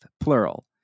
plural